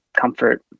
comfort